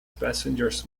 passengers